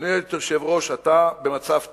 אדוני היושב-ראש, אתה במצב טוב,